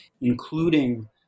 including